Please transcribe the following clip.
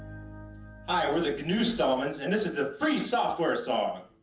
hi, we're the gnu stallmans, and this is the free software song